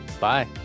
Bye